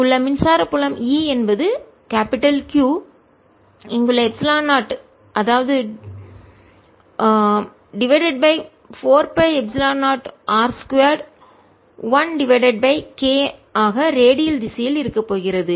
இங்குள்ள மின்சார புலம் E என்பது Q இங்குள்ள எப்சிலன் 0 அதாவது divided by 4 pi epsilon 0 r 2 1 divided by K ஆக ரேடியல் திசையில் இருக்கப்போகிறது